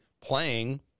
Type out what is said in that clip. playing